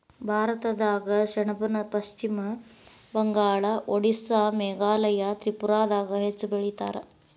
ಭಾರತದಾಗ ಸೆಣಬನ ಪಶ್ಚಿಮ ಬಂಗಾಳ, ಓಡಿಸ್ಸಾ ಮೇಘಾಲಯ ತ್ರಿಪುರಾದಾಗ ಹೆಚ್ಚ ಬೆಳಿತಾರ